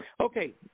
Okay